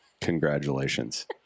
congratulations